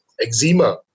eczema